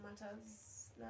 matters